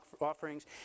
offerings